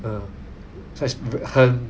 uh has been has